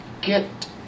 get